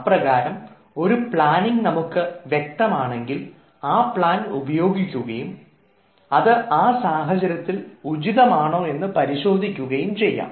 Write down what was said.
അപ്രകാരം ഒരു പ്ലാനിങ് നമുക്ക് വ്യക്തമാണെങ്കിൽ ആ പ്ലാൻ ഉപയോഗിക്കുകയും അത് ആ സാഹചര്യത്തിൽ ഉചിതമാണോ എന്ന് പരിശോധിക്കുകയും ചെയ്യാം